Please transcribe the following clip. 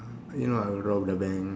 you know I would rob the bank